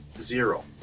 Zero